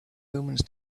omens